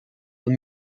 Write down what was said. aux